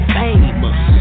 famous